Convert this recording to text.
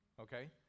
Okay